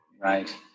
Right